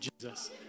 Jesus